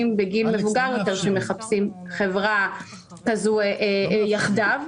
בגיל מבוגר יותר שמחפשים חברה כזו יחדיו,